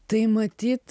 tai matyt